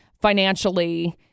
financially